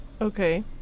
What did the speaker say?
Okay